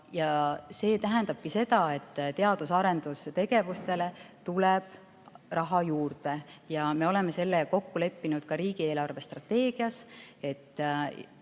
See tähendabki seda, et teadus- ja arendustegevustele tuleb raha juurde. Me oleme kokku leppinud ka riigi eelarvestrateegias,